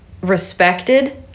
respected